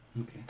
okay